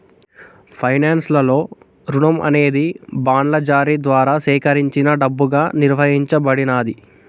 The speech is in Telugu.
ఫైనాన్స్ లలో రుణం అనేది బాండ్ల జారీ ద్వారా సేకరించిన డబ్బుగా నిర్వచించబడినాది